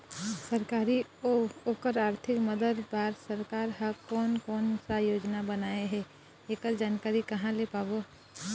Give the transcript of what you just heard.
सरकारी अउ ओकर आरथिक मदद बार सरकार हा कोन कौन सा योजना बनाए हे ऐकर जानकारी कहां से पाबो?